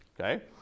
Okay